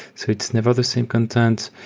so it's never the same content.